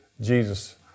Jesus